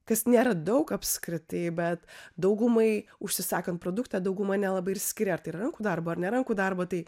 kas nėra daug apskritai bet daugumai užsisakant produktą dauguma nelabai ir skiria ar tai rankų darbo ar ne rankų darbo tai